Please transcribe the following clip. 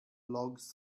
logs